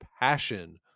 passion